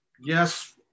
yes